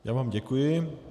Já vám děkuji.